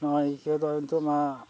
ᱱᱚᱜᱼᱚᱭ ᱤᱠᱟᱹᱣ ᱫᱚ ᱱᱤᱛᱳᱜ ᱢᱟ